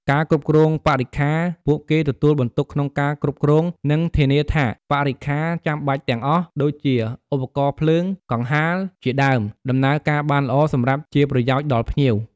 ការប្រមូល និងចាត់ចែងអំណោយ ពុទ្ធបរិស័ទជួយក្នុងការប្រមូល និងចាត់ចែងអំណោយផ្សេងៗដែលភ្ញៀវបាននាំយកមក ដើម្បីបូជាព្រះសង្ឃ ឬចូលរួមចំណែកក្នុងពិធីបុណ្យ។